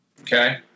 Okay